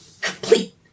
complete